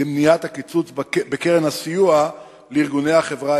למניעת הקיצוץ בקרן הסיוע לארגוני החברה